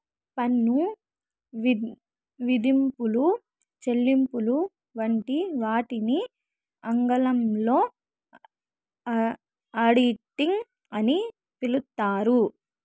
పన్ను విధింపులు, చెల్లింపులు వంటి వాటిని ఆంగ్లంలో ఆడిటింగ్ అని పిలుత్తారు